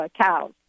Cows